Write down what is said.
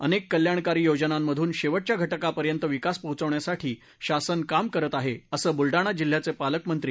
अनेक कल्याणकारी योजनांमधून शेवटच्या घटकापर्यंत विकास पोहोचविण्यासाठी शासन काम करीत आहे असं बुलडाणा जिल्ह्याचे पालकमंत्री ना